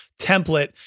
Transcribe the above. template